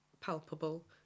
palpable